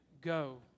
go